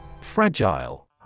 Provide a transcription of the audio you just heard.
Fragile